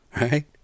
right